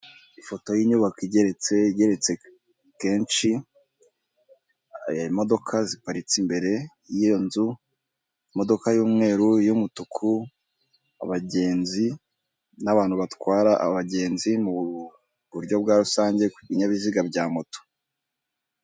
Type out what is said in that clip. Ifoto y'inyubako igeretse igereretse kenshi imodoka ziparitse imbere y'iyo nzu, imodoka y'umweru iy'umutuku, abagenzi n'abantu batwara abagenzi mu buryo bwa rusange ku binyabiziga bya moto.